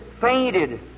fainted